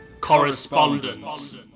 Correspondence